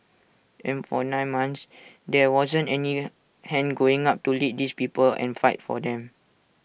and for nine months there wasn't any hand going up to lead these people and fight for them